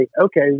okay